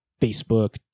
Facebook